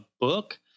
book